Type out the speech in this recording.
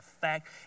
fact